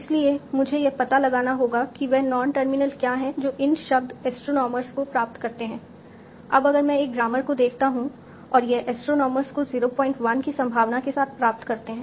इसलिए मुझे यह पता लगाना होगा कि वे नॉन टर्मिनल क्या है जो इन शब्द एस्ट्रोनोमर्स को प्राप्त करते हैं अब अगर मैं एक ग्रामर को देखता हूं और यह एस्ट्रोनोमर्स को 01 की संभावना के साथ प्राप्त करते हैं